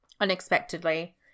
unexpectedly